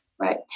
Right